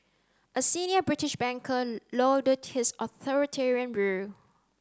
a senior British banker lauded his authoritarian rule